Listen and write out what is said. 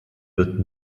wird